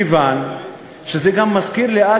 מכיוון שזה גם מזכיר לי,